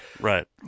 right